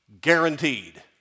guaranteed